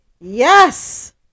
yes